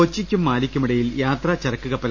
കൊച്ചിക്കും മാലിക്കുമിടയിൽ യാത്രാ ചരക്ക് കപ്പൽ